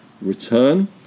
return